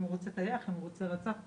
אם הוא רוצה טייח, אם הוא רצף וכו'.